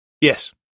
Yes